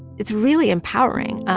it's really empowering.